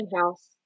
house